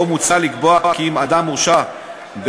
עוד מוצע לקבוע כי אם אדם שהורשע בהעמדה